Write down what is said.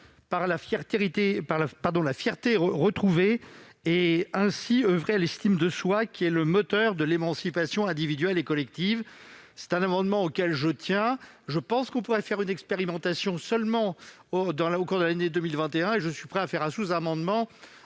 par la fierté retrouvée et ainsi contribuer à l'estime de soi, qui est le moteur de l'émancipation individuelle et collective. C'est un amendement auquel je tiens. Je pense que l'on pourrait faire une expérimentation au moins au cours de l'année 2021. Je suis prêt à le modifier